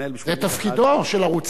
זה תפקידו של ערוץ-1.